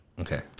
Okay